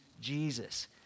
Jesus